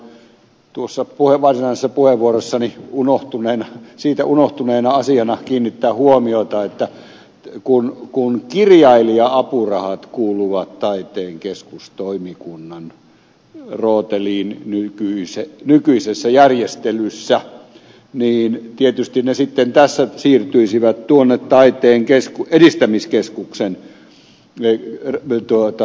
tähän haluan varsinaisesta puheenvuorostani unohtuneena asiana kiinnittää huomiota että kun kirjailija apurahat kuuluvat taiteen keskustoimikunnan rooteliin nykyisessä järjestelyssä niin tietysti ne sitten tässä siirtyisivät tuonne taiteen edistämiskeskuksen toimialalle